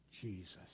Jesus